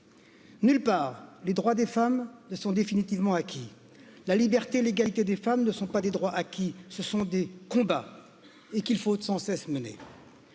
Nulle part les droits des femmes ne sont définitivement acquis, la liberté et l'égalité des femmes ne sont pas des droits acquis, ce sont des combats et qu'il faut sans cesse mener